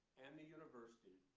and the university.